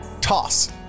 Toss